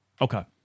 Okay